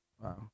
Wow